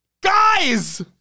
guys